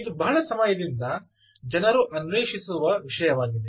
ಇದು ಬಹಳ ಸಮಯದಿಂದ ಜನರು ಅನ್ವೇಷಿಸುವ ವಿಷಯವಾಗಿದೆ